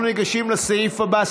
אנחנו ניגשים לסעיף הבא,